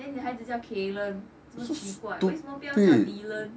then 你孩子叫 dylan 怎么么奇怪为什么不要叫 dylan